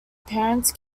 parents